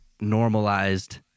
normalized